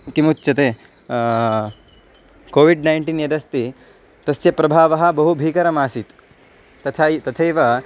किमुच्यते Covid nineteen यदस्ति तस्य प्रभावः बहु भीकरम् आसीत् तथा तथैव